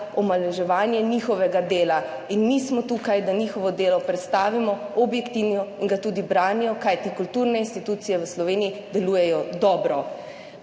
omalovaževanje njihovega dela. In mi smo tukaj, da njihovo delo predstavimo objektivno in ga tudi branimo, kajti kulturne institucije v Sloveniji delujejo dobro.